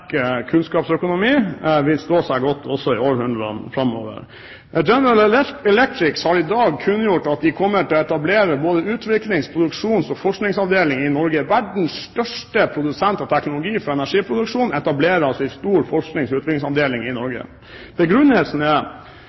kunnskapsøkonomi vil stå seg godt også i århundrene framover. General Electric har i dag kunngjort at de kommer til å etablere både utviklings-, produksjons- og forskningsavdeling i Norge. Verdens største produsent av teknologi for energiproduksjon etablerer en stor forsknings- og utviklingsavdeling i Norge. Begrunnelsen er